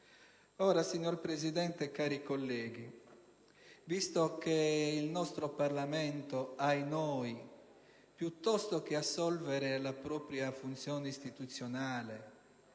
Signor Presidente, cari colleghi, visto che il nostro Parlamento - ahinoi! - piuttosto che assolvere la propria funzione istituzionale